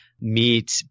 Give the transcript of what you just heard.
meet